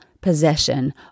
possession